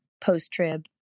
post-trib